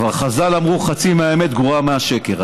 כבר חז"ל אמרו: חצי מהאמת גרועה מהשקר.